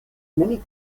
many